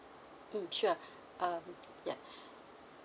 mm sure um yeah